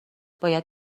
باید